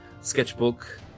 sketchbook